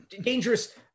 dangerous